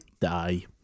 Die